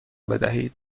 بدهید